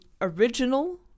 original